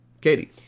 Katie